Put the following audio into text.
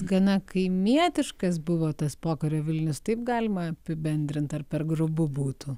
gana kaimietiškas buvo tas pokario vilnius taip galima apibendrint ar per grubu būtų